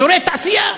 אזורי תעשייה,